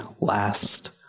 last